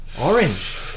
Orange